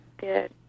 good